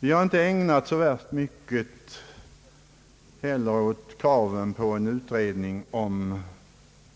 Vi har inte heller ägnat så mycken tid åt att diskutera kraven om en utredning angående